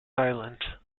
silent